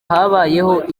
habayeho